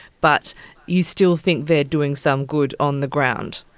but you still think they are doing some good on the ground.